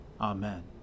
Amen